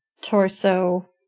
Torso